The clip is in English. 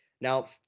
Now